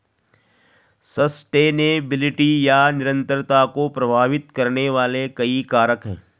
sustainability या निरंतरता को प्रभावित करने वाले कई कारक हैं